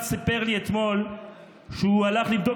אבא אחד סיפר לי אתמול שהוא הלך לבדוק